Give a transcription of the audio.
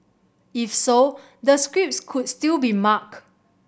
if so the scripts could still be marked